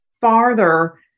farther